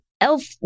elf